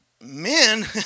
men